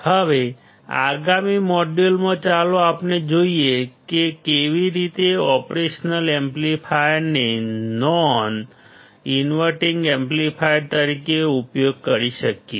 હવે આગામી મોડ્યુલમાં ચાલો આપણે જોઈએ કે કેવી રીતે ઓપરેશન એમ્પ્લીફાયરને નોન ઇન્વર્ટીંગ એમ્પ્લીફાયર તરીકે ઉપયોગ કરી શકીએ